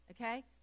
okay